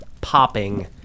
popping